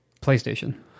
PlayStation